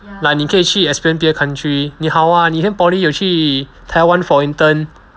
like 你可以去 experience 别的 country 你好 ah 你以前 poly 有去 taiwan for intern